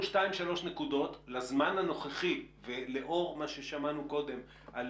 שתיים-שלוש נקודות לזמן הנוכחי ולאור מה ששמענו קודם על